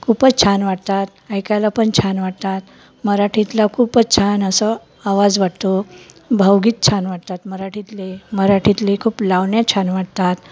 खूपच छान वाटतात ऐकायला पण छान वाटतात मराठीतला खूपच छान असं आवाज वाटतो भावगीत छान वाटतात मराठीतले मराठीतले खूप लावण्या छान वाटतात